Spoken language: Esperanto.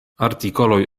artikoloj